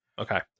Okay